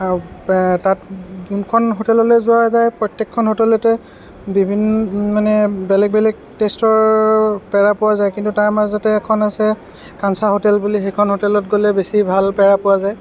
তাত যোনখন হোটেললৈ যোৱা যায় প্ৰত্যেকখন হোটেলতে বিভিন্ন মানে বেলেগ বেলেগ টেষ্টৰ পেৰা পোৱা যায় কিন্তু তাৰ মাজতে এখন আছে কাঞ্চা হোটেল বুলি সেইখন হোটেলত গ'লে বেছি ভাল পেৰা পোৱা যায়